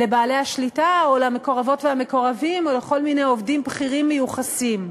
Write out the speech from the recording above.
לבעלי השליטה או למקורבות והמקורבים או לכל מיני עובדים בכירים מיוחסים.